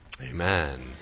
Amen